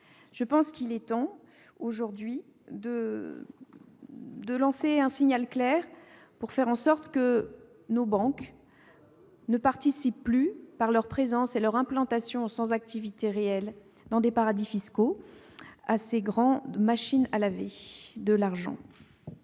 Je pense qu'il est temps d'envoyer un signal clair pour faire en sorte que nos banques ne participent plus, par leur présence et leur implantation sans activités réelles dans des paradis fiscaux, à ces grandes machines à laver de l'argent.